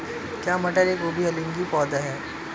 क्या मटर एक उभयलिंगी पौधा है?